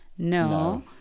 No